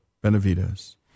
Benavides